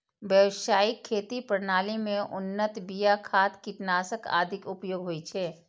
व्यावसायिक खेती प्रणाली मे उन्नत बिया, खाद, कीटनाशक आदिक उपयोग होइ छै